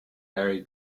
larry